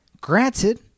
Granted